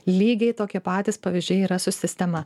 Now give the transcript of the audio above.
lygiai tokie patys pavyzdžiai yra su sistema